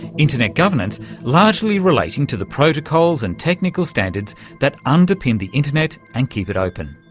internet governance largely relating to the protocols and technical standards that underpin the internet and keep it open.